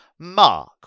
Mark